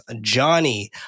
Johnny